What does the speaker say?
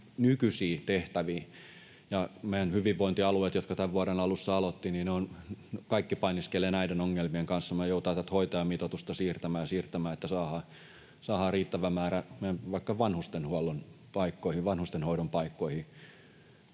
nykyisiin tehtäviin. Meidän hyvinvointialueet, jotka tämän vuoden alussa aloittivat, ne kaikki painiskelevat näiden ongelmien kanssa. Kun me joudutaan tätä hoitajamitoitusta siirtämään ja siirtämään, että saadaan vaikka vanhustenhoidon paikkoihin